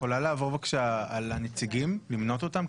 את יכולה לעבור על הנציגים, למנות אותם?